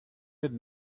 had